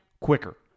quicker